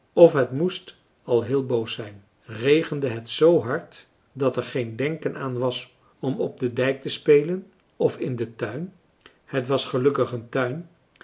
of het moest al héél boos zijn regende het z hard dat er geen denken aan was om op den dijk te spelen of in den tuin het was gelukkig een